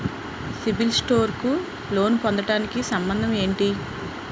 CIBIL score కు loan పొందటానికి సంబంధం ఏంటి?